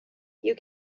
you